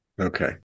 Okay